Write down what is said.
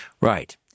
Right